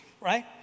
Right